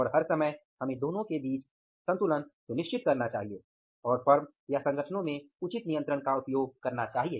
और हर समय हमें दोनों के बीच संतुलन सुनिश्चित करना चाहिए और फर्म या संगठनों में उचित नियंत्रण का उपयोग करना चाहिए